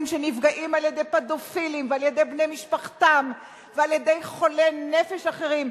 שנפגעים על-ידי פדופילים ועל-ידי בני משפחתם ועל-ידי חולי נפש אחרים,